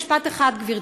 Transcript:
משפט אחד, גברתי.